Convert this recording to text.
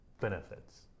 benefits